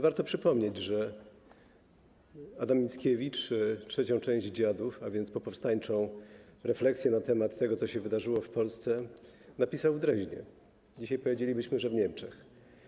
Warto przypomnieć, że Adam Mickiewicz III część „Dziadów”, a więc popowstańczą refleksję na temat tego, co się wydarzyło w Polsce, napisał w Dreźnie, dzisiaj powiedzielibyśmy, że w Niemczech.